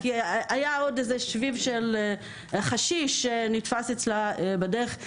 כי היה שביב של חשיש שנתפס אצלה בדרך.